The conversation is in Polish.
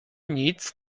nic